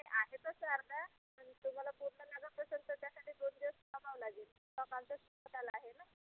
नाही नाही आहे तसं अर्धा पण तुम्हाला पूर्ण लागत असेल तर त्यासाठी दोन दिवस थांबावं लागेल आहे ना